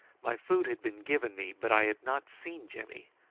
my food had been given me, but i had not seen jimmy,